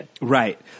right